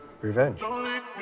Revenge